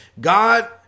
God